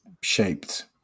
Shaped